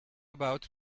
about